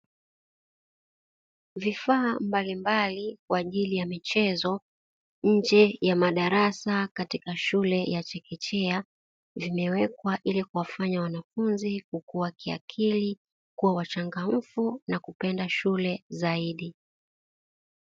Vifaa mbalimbali kwa ajili ya michezo nje ya madarasa katika shule ya chekechea, vimewekwa ili kuwafanya wanafunzi kukua kiakili, kuwa wachangamfu na kupenda shule zaidi.